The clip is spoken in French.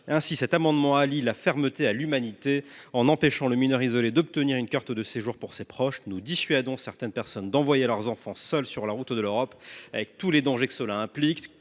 Notre proposition allie la fermeté à l’humanité : en empêchant le mineur isolé de faire obtenir une carte de séjour à ses proches, nous dissuadons certaines personnes d’envoyer leurs enfants seuls sur la route de l’Europe, avec tous les dangers que cela implique,